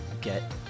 get